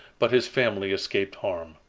but his family escaped harm.